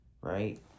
right